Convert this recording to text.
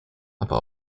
aber